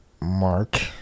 Mark